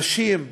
נשים,